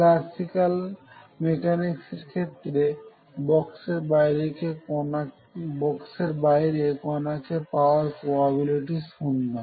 classical মেকানিক্সের ক্ষেত্রে বক্সের বাইরে কনাকে পাওয়ার প্রবাবিলিটি 0